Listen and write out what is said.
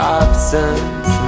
absence